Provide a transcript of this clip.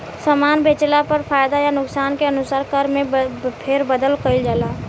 सामान बेचला पर फायदा आ नुकसान के अनुसार कर में फेरबदल कईल जाला